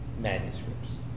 manuscripts